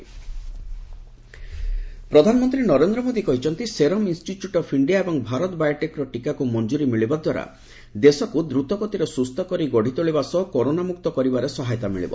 PM vaccine ପ୍ରଧାନମନ୍ତ୍ରୀ ନରେନ୍ଦ୍ର ମୋଦି କହିଛନ୍ତି serum institute of India ଏବଂ ଭାରତ ବାୟୋଟେକ୍ର ଟୀକାକୁ ମଞ୍ଜୁରି ମିଳିବାଦ୍ୱାରା ଦେଶକୁ ଦ୍ରତଗତିରେ ସୁସ୍ଥ କରି ଗଢ଼ିତୋଳିବା ସହ କରୋନାମୁକ୍ତ କରିବାରେ ସହାୟତା ମିଳିବ